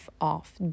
off